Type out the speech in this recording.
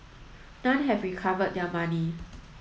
none have recovered their money